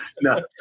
No